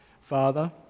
Father